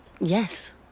Yes